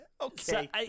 Okay